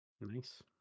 Nice